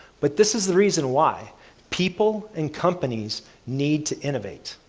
but this is the reason why people and companies need to innovate.